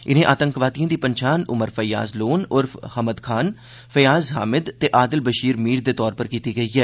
इनें आतंकवादिए दी पन्छान उमर फैथ्याज लोन उर्फ हमद खान फैज़ान हामिद ते आदिल बशीर मीर दे तौर पर कीती गेई ऐ